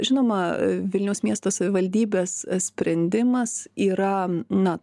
žinoma vilniaus miesto savivaldybės sprendimas yra na